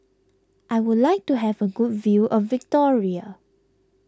I would like to have a good view of Victoria